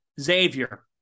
Xavier